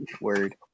Word